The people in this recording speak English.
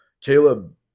Caleb